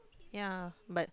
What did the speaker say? ya but